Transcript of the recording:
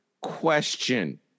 question